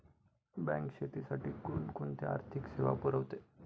Bank शेतीसाठी कोणकोणत्या आर्थिक सेवा पुरवते?